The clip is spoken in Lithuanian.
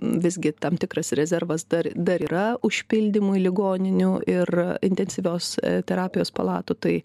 visgi tam tikras rezervas dar dar yra užpildymui ligoninių ir intensyvios terapijos palatų tai